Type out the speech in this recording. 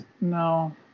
No